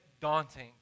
daunting